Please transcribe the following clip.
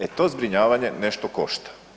E to zbrinjavanje nešto košta.